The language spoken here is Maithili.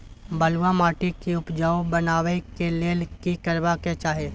बालुहा माटी के उपजाउ बनाबै के लेल की करबा के चाही?